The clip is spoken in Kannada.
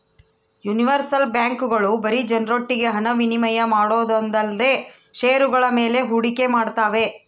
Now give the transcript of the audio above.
ಯೂನಿವರ್ಸಲ್ ಬ್ಯಾಂಕ್ಗಳು ಬರೀ ಜನರೊಟ್ಟಿಗೆ ಹಣ ವಿನಿಮಯ ಮಾಡೋದೊಂದೇಲ್ದೆ ಷೇರುಗಳ ಮೇಲೆ ಹೂಡಿಕೆ ಮಾಡ್ತಾವೆ